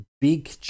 big